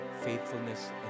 faithfulness